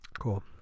Cool